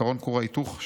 עיקרון כור ההיתוך,